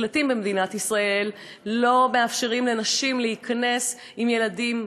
מקלטים במדינת ישראל לא מאפשרים לנשים להיכנס עם ילדים,